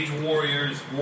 Warriors